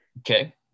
Okay